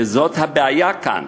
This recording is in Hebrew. וזאת הבעיה כאן.